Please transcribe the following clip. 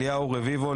אליהו רביבו,